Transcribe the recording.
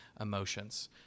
emotions